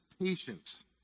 patience